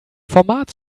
format